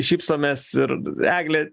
šypsomės ir eglė